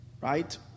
right